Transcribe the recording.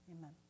Amen